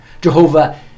Jehovah